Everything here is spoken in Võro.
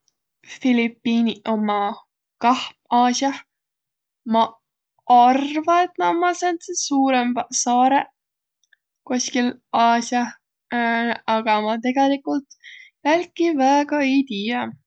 Filipiiniq ommaq kah Aasiah, maq arva, et naaq ommaq säändseq suurõmbaq saarõq koskil Aasiah, aga ma tegelikult jälki väega ei tiiäq.